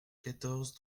quatorze